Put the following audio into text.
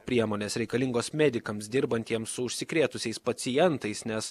priemonės reikalingos medikams dirbantiems su užsikrėtusiais pacientais nes